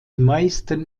meisten